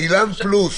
אילן פלוס